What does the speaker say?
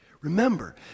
Remember